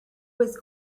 was